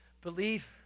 believe